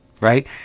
right